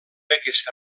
aquesta